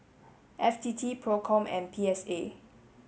F T T PROCOM and P S A